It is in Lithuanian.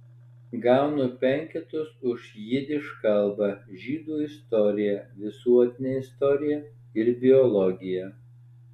gaunu penketus už jidiš kalbą žydų istoriją visuotinę istoriją ir biologiją